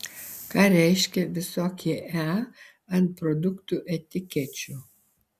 ką reiškia visokie e ant produktų etikečių